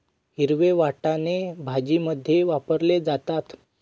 हिरवे वाटाणे भाजीमध्ये वापरले जातात